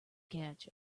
catch